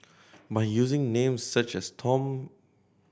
by using names such as Tom